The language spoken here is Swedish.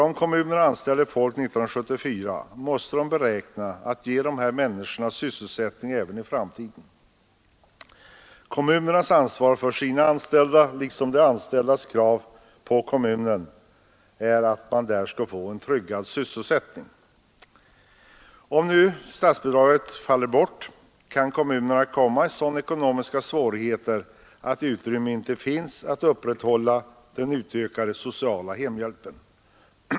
Om kommunerna anställer folk 1974 måste de räkna med att kunna ge dessa människor sysselsättning även i framtiden. Kommunernas ansvar för sina anställda liksom de anställdas krav på kommunerna måste innebära att de anställda skall kunna få en tryggad sysselsättning. Om nu statsbidraget bortfaller, kan kommunerna komma i sådana ekonomiska svårigheter att utrymme inte finns att upprätthålla den utökade sociala hemhjälpen.